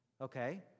Okay